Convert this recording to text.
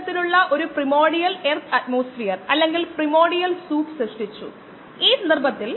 ഉദാഹരണത്തിന് 12000 കിലോഗ്രാം സെക്കൻഡിൽ 10 കിലോഗ്രാം നമുക്ക് 1200 സെക്കൻഡ് നൽകുന്നു അതായത് 20 മിനിറ്റും മറ്റും